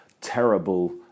terrible